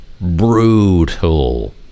Brutal